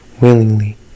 Willingly